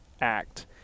Act